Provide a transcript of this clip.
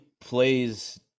plays